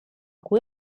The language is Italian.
cui